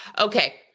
Okay